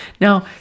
Now